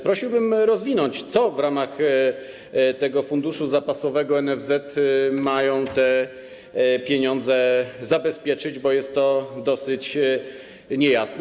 Prosiłbym rozwinąć, co w ramach tego funduszu zapasowego NFZ mają te pieniądze zabezpieczyć, bo jest to dosyć niejasne.